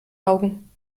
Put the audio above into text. augen